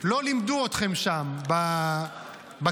לא לימדו אתכם שם, בקהילה.